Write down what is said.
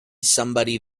somebody